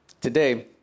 Today